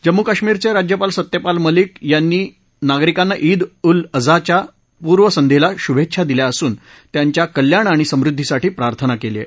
जम्मू कश्मीरचे राज्यपाल सत्यपाल मलिक यांनी नागरिकांना ईद उल अझाच्या पूवसंध्येला शुभेच्छा दिल्या असून त्यांच्या कल्याण आणि समृद्धीसाठी प्रार्थना केली आहे